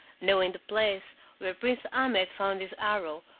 knowing the place where prince ahmed found his arrow,